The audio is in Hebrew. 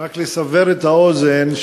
רק לסבר את האוזן,